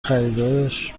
خریدارش